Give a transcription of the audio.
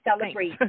celebrate